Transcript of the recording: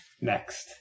Next